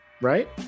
right